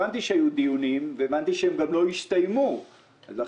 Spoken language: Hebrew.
הבנתי שהיו דיונים והבנתי שהם גם לא הסתיימו ולכן,